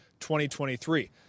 2023